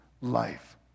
life